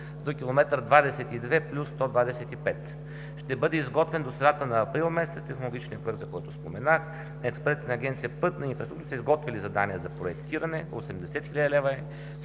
до км 22+125. Ще бъде изготвен до средата на април месец технологичният проект, за който споменах. Експертите на Агенция „Пътна инфраструктура“ са изготвили задание за проектиране на стойност 80